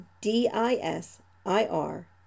D-I-S-I-R